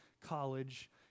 college